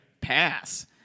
Pass